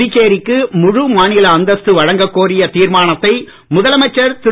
புதுச்சேரிக்கு முழு மாநில அந்தஸ்து வழங்க கோரிய தீர்மானத்தை முதலமைச்சர் திரு